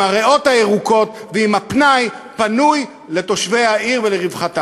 הריאות הירוקות ועם הפנאי פנוי לתושבי העיר ולרווחתם.